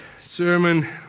sermon